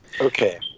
okay